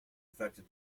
affected